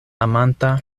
amanta